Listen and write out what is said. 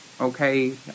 Okay